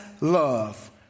love